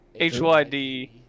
HYD